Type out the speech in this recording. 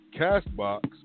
CastBox